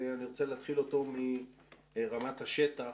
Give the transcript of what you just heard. ואני רוצה להתחיל אותו מרמת השטח.